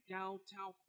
Downtown